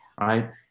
right